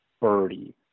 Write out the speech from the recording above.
birdie